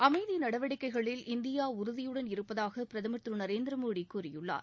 அமைதி நடவடிக்கைகளில் இந்தியா உறுதியுடன் இருப்பதாக பிரதமர் திரு நரேந்திரமோடி கூறியுள்ளார்